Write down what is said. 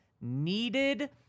needed